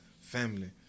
family